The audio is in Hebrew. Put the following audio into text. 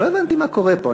לא הבנתי מה קורה פה.